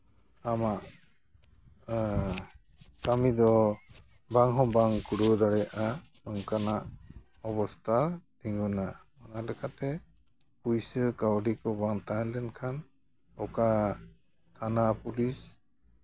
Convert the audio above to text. ᱟᱢᱟᱜ ᱠᱟᱹᱢᱤ ᱫᱚ ᱵᱟᱝ ᱦᱚᱸ ᱵᱟᱝ ᱠᱩᱲᱟᱹᱣ ᱫᱟᱲᱮᱭᱟᱜᱼᱟ ᱚᱱᱠᱟᱱᱟᱜ ᱚᱵᱚᱥᱛᱷᱟ ᱛᱤᱸᱜᱩᱱᱟ ᱚᱱᱟ ᱞᱮᱠᱟᱛᱮ ᱯᱩᱭᱥᱟᱹ ᱠᱟᱹᱣᱰᱤ ᱠᱚ ᱵᱟᱝ ᱛᱟᱦᱮᱸ ᱞᱮᱠᱷᱟᱱ ᱚᱠᱟ ᱛᱷᱟᱱᱟ ᱯᱩᱞᱤᱥ